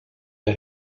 est